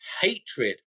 hatred